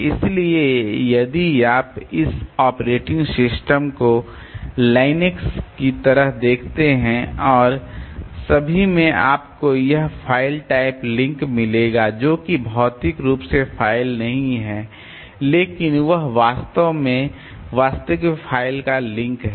इसलिए यदि आप इस ऑपरेटिंग सिस्टम को लिनक्स की तरह देखते हैं और सभी में आपको यह फाइल टाइप लिंक मिलेगा जो कि भौतिक रूप से फाइल नहीं है लेकिन यह वास्तव में वास्तविक फाइल का लिंक है